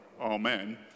Amen